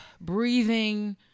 breathing